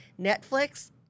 Netflix